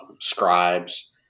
scribes